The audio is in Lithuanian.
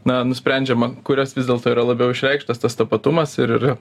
na nusprendžiama kurias vis dėlto yra labiau išreikštas tas tapatumas ir